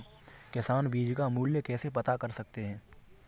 किसान बीज का मूल्य कैसे पता कर सकते हैं?